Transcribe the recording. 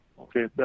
Okay